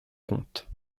compte